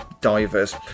Divers